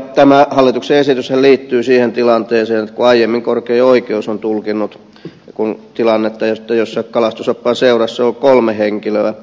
tämä hallituksen esityshän liittyy siihen tilanteeseen että kun aiemmin korkein oikeus on tulkinnut tilannetta jossa kalastusoppaan seurassa on kolme henkilöä